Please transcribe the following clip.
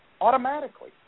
automatically